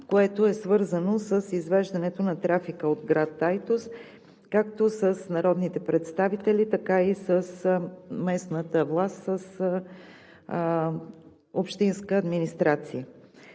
което е свързано с извеждането на трафика от град Айтос, както с народните представители, така и с местната власт, с общинската администрация.